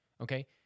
Okay